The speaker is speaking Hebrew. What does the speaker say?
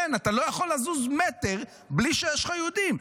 אין, אתה לא יכול לזוז מטר בלי שיש לך יהודים.